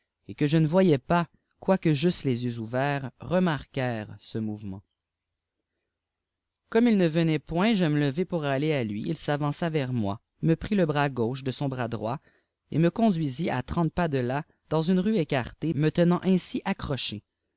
et que je ne voyais pas quoique j'eusse les yeux ouverts remarquèrent ce mouvement comme iljie venait pçint je me levai pour aller a lui fil s'avança vers moi nie prit le bras gauche de son bras droit et me conduisit à trente pas de là dans une rue écartée me tenant insi accroché